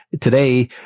today